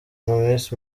miss